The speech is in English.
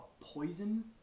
poison